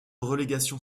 relégation